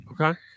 Okay